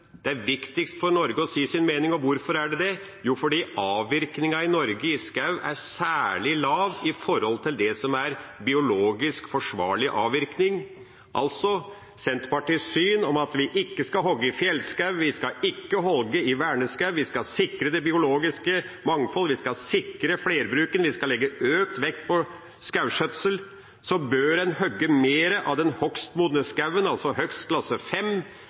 er viktigst for Norge å si sin mening. Hvorfor er det det? Jo, fordi avvirkningen i skog i Norge er særlig lav i forhold til det som er biologisk forsvarlig avvirkning – altså Senterpartiets syn om at vi ikke skal hogge i fjellskog, vi skal ikke hogge i vernet skog, vi skal sikre det biologiske mangfold, vi skal sikre flerbruken, vi skal legge økt vekt på skogskjøtsel. Da bør en hogge mer av den hogstmodne skogen, altså